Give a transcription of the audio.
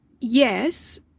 yes